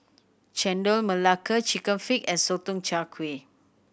Chendol Melaka Chicken Feet and Sotong Char Kway